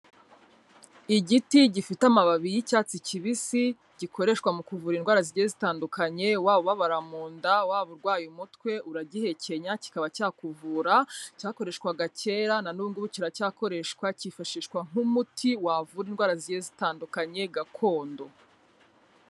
Igiti gifite amababi y'icyatsi kibisi gikoreshwa mu kuvura indwara zigiye zitandukanye, waba ubabara mu nda, waba urwaye umutwe uragihekenya kikaba cyakuvura, cyakoreshwaga kera na n'ubu ngubu kiracyakoreshwa, cyifashishwa nk'umuti wavura indwara zigiye zitandukanye gakondo.